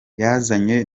yazanye